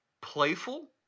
Playful